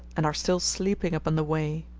and are still sleeping upon the way.